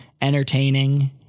entertaining